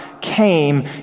came